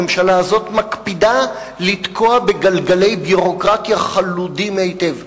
הממשלה הזאת מקפידה לתקוע בגלגלי ביורוקרטיה חלודים היטב.